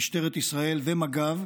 משטרת ישראל ומג"ב,